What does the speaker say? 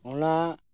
ᱚᱱᱟ